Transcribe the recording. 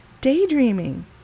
daydreaming